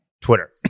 Twitter